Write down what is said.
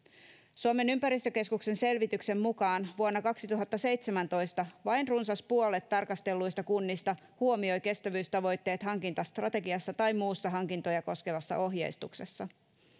suomen ympäristökeskuksen selvityksen mukaan vuonna kaksituhattaseitsemäntoista vain runsas puolet tarkastelluista kunnista huomioi kestävyystavoitteet hankintastrategiassa tai muussa hankintoja koskevassa ohjeistuksessa